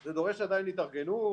זה דורש עדיין התארגנות,